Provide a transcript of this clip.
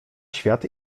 świat